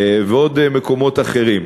ועוד מקומות אחרים.